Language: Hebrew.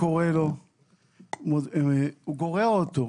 קורא לו וגורע אותו.